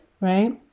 right